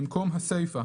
במקום הסיפה,